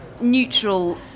neutral